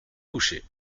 coucher